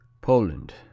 Poland